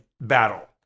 battle